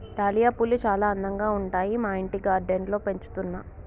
dahlia పూలు చాల అందంగా ఉంటాయి మా ఇంటి గార్డెన్ లో పెంచుతున్నా